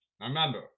Remember